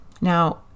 Now